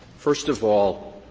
first of all,